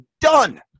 done